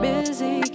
Busy